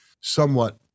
somewhat